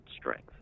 strength